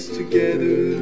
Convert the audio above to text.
together